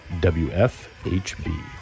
WFHB